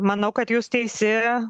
manau kad jūs teisi